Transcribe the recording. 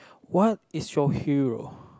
what is your hero